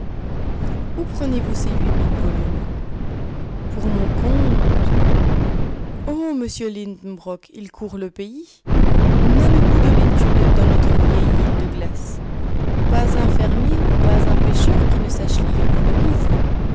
où prenez-vous ces huit mille volumes pour mon compte oh monsieur lidenbrock ils courent le pays on a le goût de l'étude dans notre vieille île de glace pas un fermier pas un pêcheur qui ne sache lire et ne lise